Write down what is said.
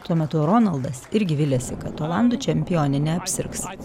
tuo metu ronaldas irgi viliasi kad olandų čempionė neapsirgs